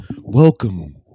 Welcome